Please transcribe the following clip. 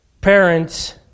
parents